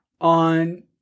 on